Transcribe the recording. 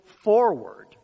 forward